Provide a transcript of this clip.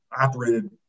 operated